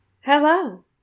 Hello